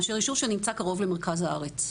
מאשר ישוב שנמצא קרוב למרכז הארץ.